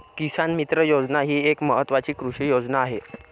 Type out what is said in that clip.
किसान मित्र योजना ही एक महत्वाची कृषी योजना आहे